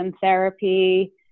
therapy